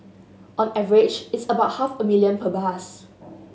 on average it's about half a million per bus